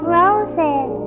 roses